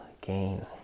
gain